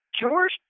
George